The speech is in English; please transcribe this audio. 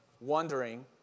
wondering